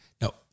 No